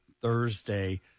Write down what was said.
Thursday